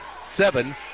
seven